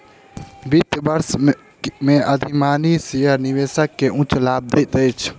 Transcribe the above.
वित्त वर्ष में अधिमानी शेयर निवेशक के उच्च लाभ दैत अछि